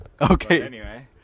Okay